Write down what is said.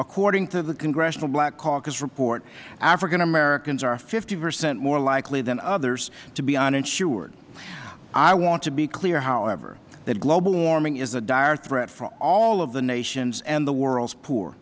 according to the congressional black caucus report african americans are fifty percent more likely than others to be uninsured i want to be clear however that global warming is a dire threat for all of the nations and the world's poor